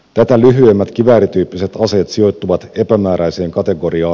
tätä lyhyemmät kiväärityyppiset aseet sijoittuvat epämääräiseen kategoriaan